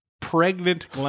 pregnant